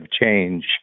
change